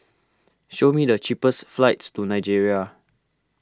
show me the cheapest flights to Nigeria